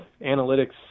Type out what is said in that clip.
analytics